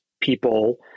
people